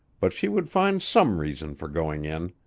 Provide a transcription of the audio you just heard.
but she would find some reason for going in.